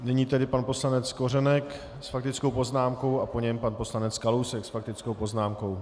Nyní tedy pan poslanec Kořenek s faktickou poznámkou a po něm pan poslanec Kalousek s faktickou poznámkou.